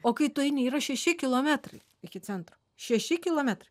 o kai tu eini yra šeši kilometrai iki centro šeši kilometrai